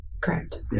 Correct